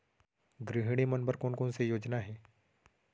गृहिणी मन बर कोन कोन से योजना हे?